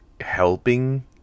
helping